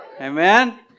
Amen